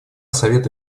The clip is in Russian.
совета